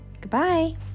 Goodbye